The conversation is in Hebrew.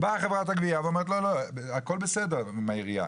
חברת הגבייה אומרת הכול בסדר עם העירייה,